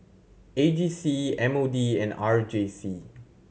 A J C M O D and R J C